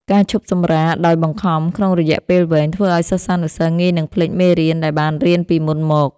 ការឈប់សម្រាកដោយបង្ខំក្នុងរយៈពេលវែង ធ្វើឱ្យសិស្សានុសិស្សងាយនឹងភ្លេចមេរៀនដែលបានរៀនពីមុនមក។